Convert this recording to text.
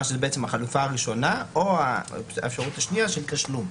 שזו החלופה הראשונה או האפשרות השנייה של תשלום.